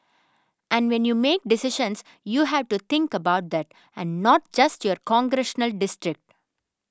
and when you make decisions you have to think about that and not just your congressional district